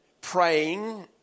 praying